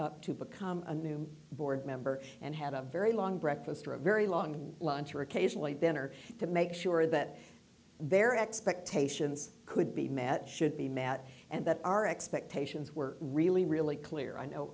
g to become a new board member and had a very long breakfast or a very long lunch or occasionally dinner to make sure that their expectations could be met should be met and that our expectations were real really really clear i know